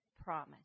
promise